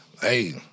hey